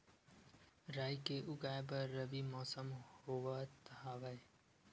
राई के उगाए बर रबी मौसम होवत हवय?